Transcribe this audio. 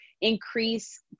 increase